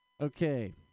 Okay